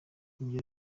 ibyo